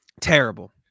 Terrible